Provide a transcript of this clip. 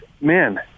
man